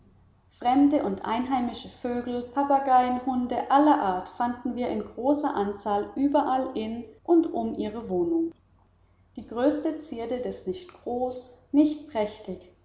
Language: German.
fremde und einheimische vögel papageien hunde aller art fanden wir in großer anzahl überall in und um ihre wohnung die größte zierde des nicht groß nicht prächtig